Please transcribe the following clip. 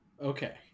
Okay